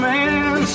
man